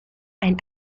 ein